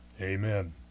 Amen